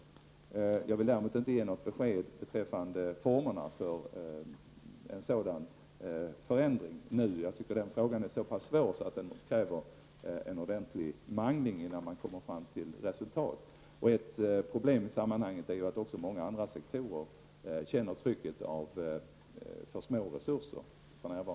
Däremot vill jag inte nu ge något besked beträffande formerna för en sådan förändring. Jag anser att den frågan är så pass svår att den behöver en ordentlig mangling innan man kommer fram till resultat. Ett problem i sammanhanget är att också många andra sektorer för närvarande känner trycket av för små resurser.